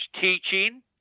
teaching